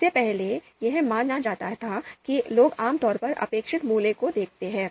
इससे पहले यह माना जाता था कि लोग आमतौर पर अपेक्षित मूल्य को देखते हैं